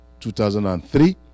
2003